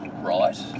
Right